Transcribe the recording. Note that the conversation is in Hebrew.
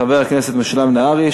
של חבר הכנסת משולם נהרי,